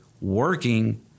working